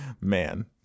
Man